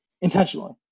intentionally